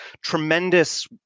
tremendous